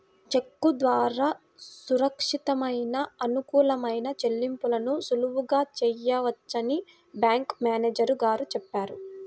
చెక్కు ద్వారా సురక్షితమైన, అనుకూలమైన చెల్లింపులను సులువుగా చేయవచ్చని బ్యాంకు మేనేజరు గారు చెప్పారు